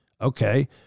Okay